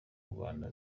rwanda